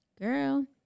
Girl